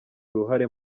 uruhare